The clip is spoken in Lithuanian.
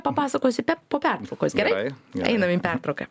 papasakosi be po pertraukos gerai einam į pertrauką